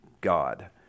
God